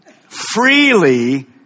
Freely